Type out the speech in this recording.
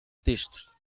texto